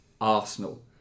Arsenal